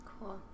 Cool